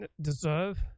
deserve